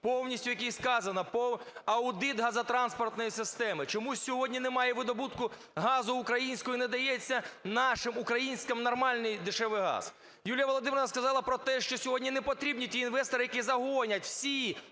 повністю в якій сказано: "аудит газотранспортної системи". Чомусь сьогодні немає видобутку газу українського і не дається нашим українцям нормальний і дешевий газ. Юлія Володимирівна сказала, про те, що сьогодні не потрібні ті інвестори, які загонять всі